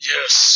Yes